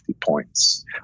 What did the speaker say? points